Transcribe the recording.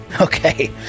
Okay